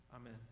Amen